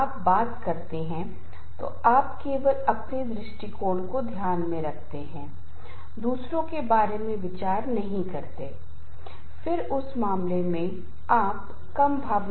और एक और सिद्धांत है जिसे तनाव का डिमांड कंट्रोल मॉडल कहा जाता है और तनाव हर व्यक्ति को होता है जब व्यक्ति को नौकरी की पर्यावरणीय मांगों पर विचार किया जाता है तो उसे नियंत्रण से अधिक माना जाता है